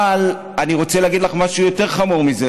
אבל אני רוצה להגיד לך משהו יותר חמור מזה,